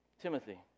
Timothy